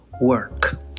work